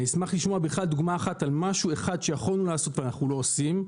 אשמח לשמוע דוגמה על משהו אחד שיכולנו לעשות ואנחנו לא עושים.